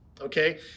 Okay